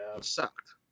sucked